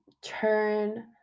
turn